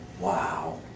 Wow